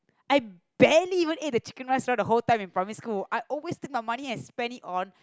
I barely eat the chicken rice the whole time in primary school I always take my money and spend it on